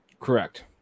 Correct